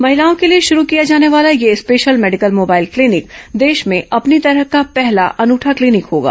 महिलाओं के लिए शुरू किया जाने वाला यह स्पेशल मेडिकल मोबाइल क्लीनिक देश में अपनी तरह का पहला अनूठा क्लीनिक होगा